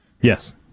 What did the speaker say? Yes